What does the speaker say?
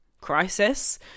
crisis